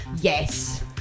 Yes